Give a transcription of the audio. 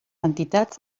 entitats